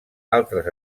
altres